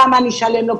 כמה אני אשלם לו,